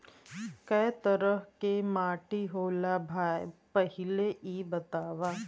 कै तरह के माटी होला भाय पहिले इ बतावा?